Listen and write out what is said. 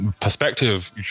perspective